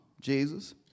Jesus